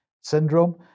syndrome